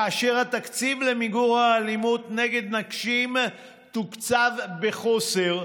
כאשר התקציב למיגור האלימות נגד נשים תוקצב בחוסר,